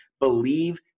BELIEVE